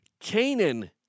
Canaan